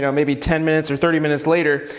you know maybe ten minutes or thirty minutes later.